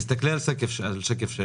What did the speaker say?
תסתכלי על שקף מס'